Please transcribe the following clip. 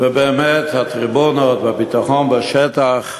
ובאמת הטריבונות והביטחון בשטח,